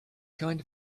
kind